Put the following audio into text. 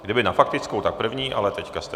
Kdyby na faktickou, tak první, ale teď jste...